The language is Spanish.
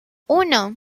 uno